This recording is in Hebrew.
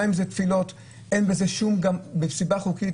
גם אם זה תפילות אין בזה שום גם מסיבה חוקית.